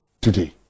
today